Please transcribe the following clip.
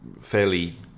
fairly